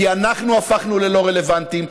כי אנחנו הפכנו ללא רלוונטיים,